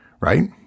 right